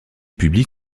public